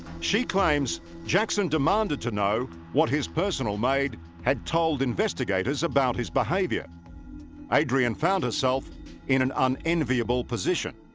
she claims jackson demanded to know what his personal maid had told investigators about his behavior adrienne found herself in an unenviable position.